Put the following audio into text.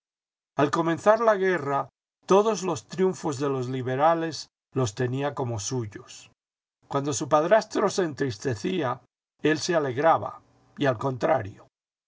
al comenzar la guerra todos los triunfos de los liberales los tenía como suyos cuando su padrastro se entristecía él se alegraba y al contrario